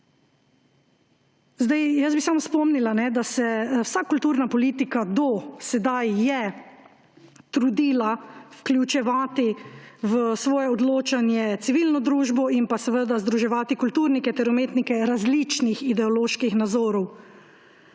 organ. Samo spomnila bi, da se je vsa kulturna politika do sedaj trudila vključevati v svoje odločanje civilno družbo in združevati kulturnike ter umetnike različnih ideoloških nazorov,